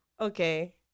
Okay